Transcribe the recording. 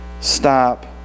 stop